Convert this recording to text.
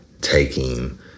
taking